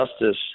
justice